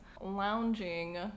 lounging